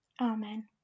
Amen